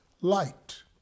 light